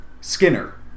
Skinner